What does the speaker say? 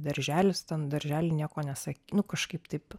darželis ten daržely nieko nesak nu kažkaip taip